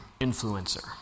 influencer